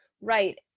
right